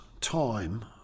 time